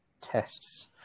tests